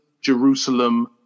Jerusalem